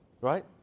Right